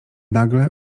nagle